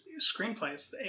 screenplays